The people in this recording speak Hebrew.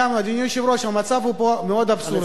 אדוני היושב-ראש, המצב פה הוא מאוד אבסורדי.